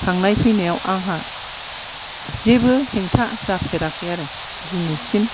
थांनाय फैनायाव आंहा जेबो हेंथा जाफेराखै आरो दिनैसिम